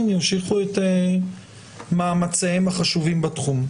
ימשיכו את מאמציהם החשובים בתחום.